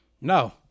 No